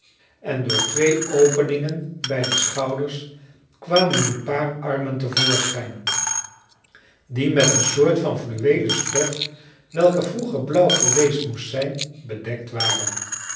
en door twee openingen bij de schouders kwamen een paar armen te voorschijn die met een soort van fluweelen stof welke vroeger blauw geweest moest zijn bedekt waren